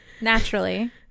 naturally